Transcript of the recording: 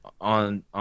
on